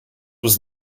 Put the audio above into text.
was